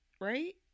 Right